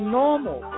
normal